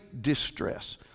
distress